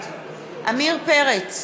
בעד עמיר פרץ,